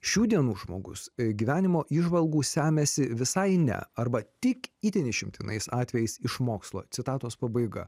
šių dienų žmogus gyvenimo įžvalgų semiasi visai ne arba tik itin išimtinais atvejais iš mokslo citatos pabaiga